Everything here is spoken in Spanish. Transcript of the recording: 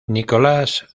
nicolas